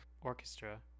orchestra